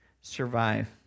Survive